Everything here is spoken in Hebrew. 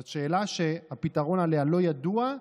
זאת שאלה שהפתרון לה לא ידוע,